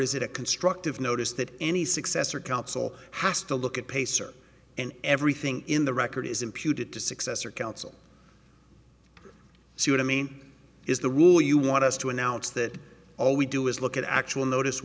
is it a constructive notice that any successor council has to look at pacer and everything in the record is imputed to successor council see what i mean is the rule you want us to announce that all we do is look at actual notice